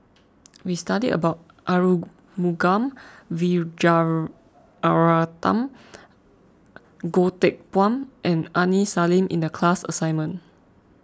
we studied about Arumugam Vijiaratnam Goh Teck Phuan and Aini Salim in the class assignment